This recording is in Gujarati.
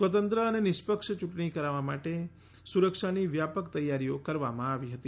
સ્વતંત્ર અને નિષ્પક્ષ યૂંટણી કરાવવા માટે સુરક્ષાની વ્યાપક તૈયારીઓ કરવામાં આવી હતી